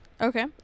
Okay